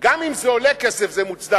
גם אם זה עולה כסף זה מוצדק.